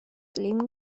leben